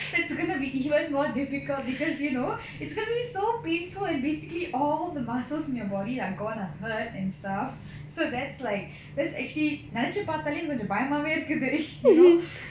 that's going to be even more difficult because you know it's going to be so painful and basically all the muscles in your body like going to hurt and stuff so that's like that's actually நெனைச்சு பாத்தாலே கொஞ்சம் பயமாவே இருக்குது:nenaichu paathale konjam bayamaave irukkudhu you know